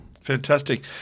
Fantastic